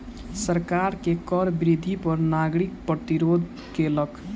सरकार के कर वृद्धि पर नागरिक प्रतिरोध केलक